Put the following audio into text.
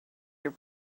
your